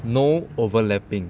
no overlapping